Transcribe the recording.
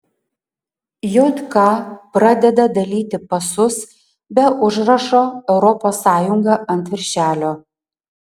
jk pradeda dalyti pasus be užrašo europos sąjunga ant viršelio